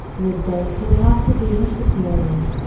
with those who would have to be her superiors,